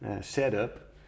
setup